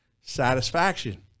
satisfaction